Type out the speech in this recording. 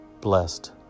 blessed